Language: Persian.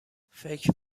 فکر